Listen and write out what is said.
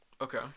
Okay